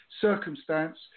Circumstance